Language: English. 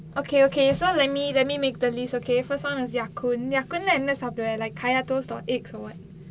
okay okay so let me let me make the list okay first one is ya kun ya kun lah என்ன சாப்டுவ:enna saapduva like kaya toast or eggs or what